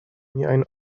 miajn